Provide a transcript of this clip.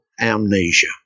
amnesia